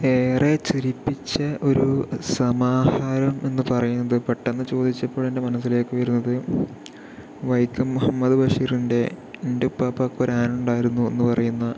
ഏറെ ചിരിപ്പിച്ച ഒരു സമാഹാരം എന്ന് പറയുന്നത് പെട്ടന്ന് ചോദിച്ചപ്പോൾ എൻ്റെ മനസ്സിലേക്ക് വരുന്നത് വൈക്കം മുഹമ്മദ് ബഷീറിൻ്റെ ൻ്റ ഉപ്പാപ്പാക്കൊരു ആനണ്ടാർന്നു എന്ന് പറയുന്ന